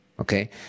Okay